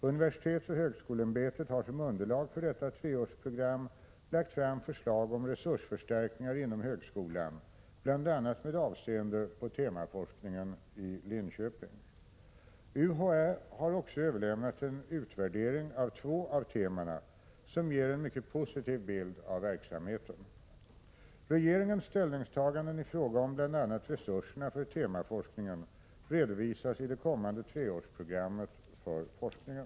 Universitetsoch högskoleämbetet har som underlag för detta treårsprogram lagt fram förslag om resursförstärkningar inom högskolan, bl.a. med avseende på temaforskningen i Linköping. UHÄ har också överlämnat en utvärdering av två av temana, som ger en mycket positiv bild av verksamheten. Regeringens ställningstaganden i fråga om bl.a. resurserna för temaforskningen redovisas i det kommande treårsprogrammet för forskningen.